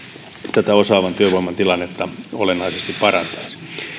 tätä osaavan työvoiman tilannetta olennaisesti parantaisivat